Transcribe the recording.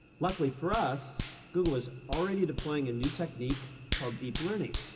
luckily for us, google was already deploying a new technique called deep learning,